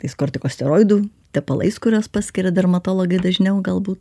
tais kortikosteroidų tepalais kurias paskiria dermatologai dažniau galbūt